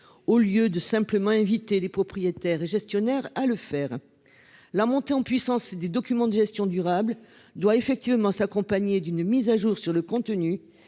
Au lieu de simplement invité des propriétaires et gestionnaires à le faire. La montée en puissance des documents de gestion durable doit effectivement s'accompagner d'une mise à jour sur le contenu